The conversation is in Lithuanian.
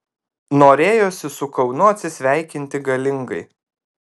norėjosi su kaunu atsisveikinti galingai